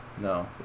no